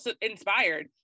inspired